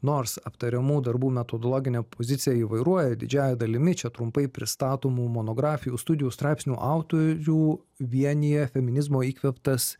nors aptariamų darbų metodologinė pozicija įvairuoja didžiąja dalimi čia trumpai pristatomų monografijų studijų straipsnių autorių vienija feminizmo įkvėptas